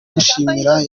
gushimira